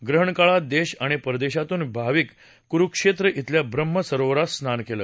ग्रहण काळात देश आणि परदेशातून भाविक कुरुक्षेत्र इथल्या ब्रम्हसरोवरात स्नान केलं